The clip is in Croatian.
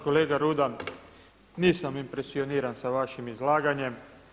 Kolega Rudan, nisam impresioniran sa vašim izlaganjem.